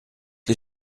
les